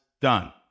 done